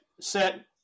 set